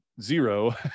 zero